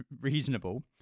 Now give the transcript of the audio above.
reasonable